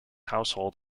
household